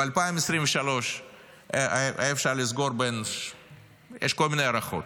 ב-2023 היה אפשר לסגור, יש כל מיני הערכות.